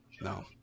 No